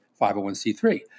501c3